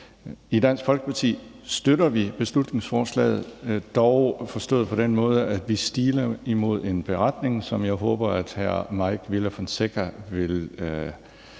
I Dansk Folkeparti støtter vi beslutningsforslaget, dog forstået på den måde, at vi stiler imod en beretning, og jeg håber, at hr. Mike Villa Fonseca vil